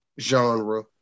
genre